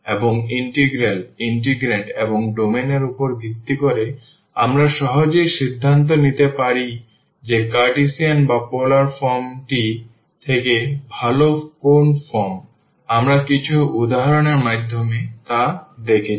এবং integral integrand এবং domain এর উপর ভিত্তি করে আমরা সহজেই সিদ্ধান্ত নিতে পারি যে কার্টেসিয়ান বা পোলার ফর্ম টি থেকে ভাল কোন ফর্ম আমরা কিছু উদাহরণের মাধ্যমে তা দেখেছি